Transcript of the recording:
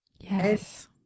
Yes